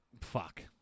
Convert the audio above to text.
Fuck